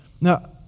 Now